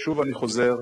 שוב אני חוזר: